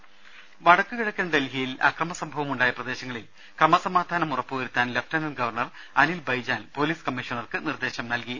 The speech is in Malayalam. ദദദ വടക്കു കിഴക്കൻ ഡൽഹിയിൽ അക്രമസംഭവമുണ്ടായ പ്രദേശങ്ങളിൽ ക്രമസമാധാനം ഉറപ്പുവരുത്താൻ lieutenant governor Anil Baijal police കമ്മീഷണർക്ക് നിർദ്ദേശം നൽകി